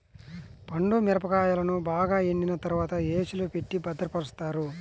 పండు మిరపకాయలను బాగా ఎండిన తర్వాత ఏ.సీ లో పెట్టి భద్రపరుస్తారు